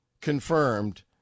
confirmed